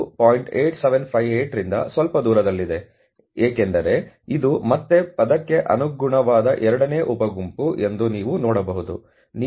8758 ರಿಂದ ಸ್ವಲ್ಪ ದೂರದಲ್ಲಿದೆ ಏಕೆಂದರೆ ಇದು ಮತ್ತೆ ಪದಕ್ಕೆ ಅನುಗುಣವಾದ ಎರಡನೇ ಉಪ ಗುಂಪು ಎಂದು ನೀವು ನೋಡಬಹುದು ನೀವು ಪಾಯಿಂಟ್ 0